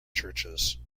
churches